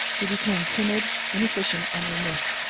he became timid, inefficient, and remiss,